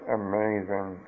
amazing